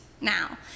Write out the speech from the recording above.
now